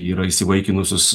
yra įsivaikinusios